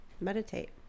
Meditate